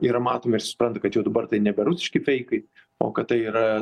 yra matomi ir suprantu kad jau dabar tai nebe rusiški feikai o kad tai yra